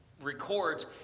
records